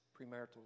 premarital